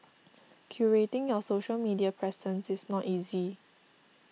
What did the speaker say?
curating your social media presence is not easy